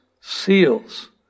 seals